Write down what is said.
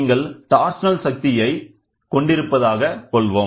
நீங்கள் டார்ஸனல் சக்தியை கொண்டிருப்பதாக கொள்வோம்